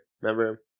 Remember